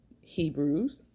Hebrews